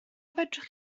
fedrwch